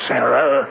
Sarah